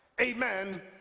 amen